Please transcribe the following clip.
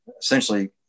essentially